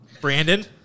brandon